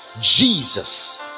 Jesus